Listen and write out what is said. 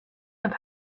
have